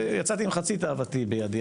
יצאתי עם חצי תאוותי בידי,